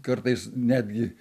kartais netgi